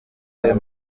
ayo